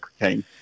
cocaine